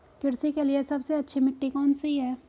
कृषि के लिए सबसे अच्छी मिट्टी कौन सी है?